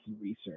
research